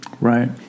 right